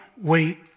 wait